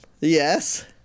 Yes